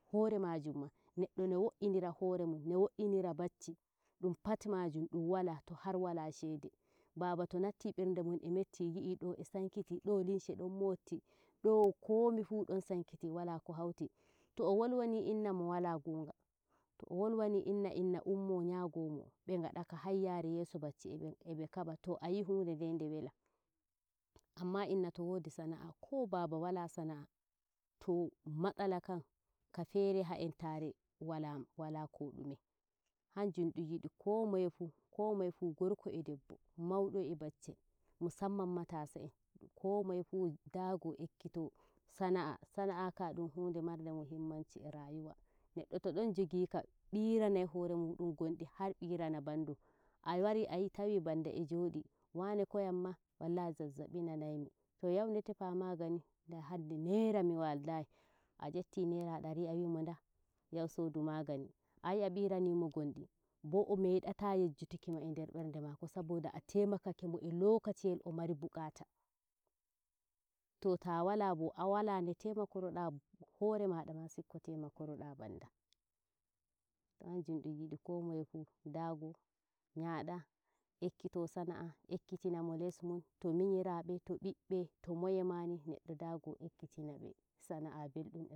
hore naajumma neɗɗo no wo'inira hore muɗum no wo'inira baccum pat maajam ɗum wala to har wala shede baaba to natti berde mudum o motti yi'i do e sankiti do linsho don motti do komifu don sankiti wala ko hewti to o wolwaini inna mo wala gonga to o wolwaini inna inna ummo nyagomo be ngadaka hayyare yeso bacci e bekaba to ayi hunde nde nde wala amma innato wodi sana'ah ko baba wala sana'ah to matsala kan ka famdai e wala wala ko dume kanjum ɗum yidi ko moye fu ko moye gorko e deɓɓo mauɗo e baccel musammann matsa ko moyefu dago ekkito sana'ah- sna'ah ka dum hunde marde muhimanci e rayuwa neɗɗo to don jogika biranai horemuɗum gondi har biran bandum a waari atawi banda e joodi waare ko nyamma; wallahi zazzabi nanaimi to yahune tefa magani wallahi hande naira mi waladai a yetti naira dari a wimo nda "yahu sodu magani" ayi a biranimo gondi bo o medata yejjutukima e nder berde mako saboda a taimakaki mo e lokaciyel momari bukata to ta wala bo a wala ne temakoda haremada ma sikka taimakoda banda kanjum dum yidi ko moye fuu daago nyada ekkato sana'ah ekkitina mo less muɗum to minyirabe to nbibbe to moyema ni neɗɗo daago ekkitina sana'ah belɗum